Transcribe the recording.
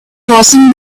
crossing